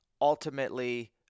ultimately